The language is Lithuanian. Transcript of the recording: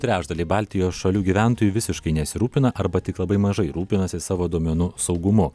trečdaliai baltijos šalių gyventojų visiškai nesirūpina arba tik labai mažai rūpinasi savo duomenų saugumu